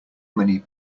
many